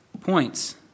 points